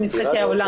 במשחקי העולם.